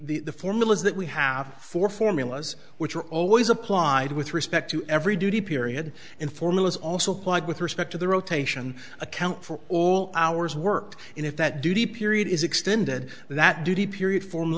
formulas that we have for formulas which are always applied with respect to every duty period in formulas also plug with respect to the rotation account for all hours worked and if that duty period is extended that duty period form